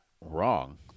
wrong